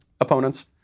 opponents